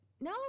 No